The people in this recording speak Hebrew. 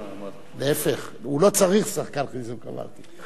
להיפך, הוא לא צריך שחקן חיזוק, אמרתי.